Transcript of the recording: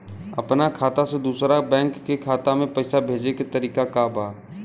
अपना खाता से दूसरा बैंक के खाता में पैसा भेजे के तरीका का बा?